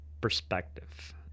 perspective